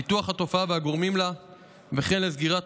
ניתוח התופעה והגורמים לה וכן סגירת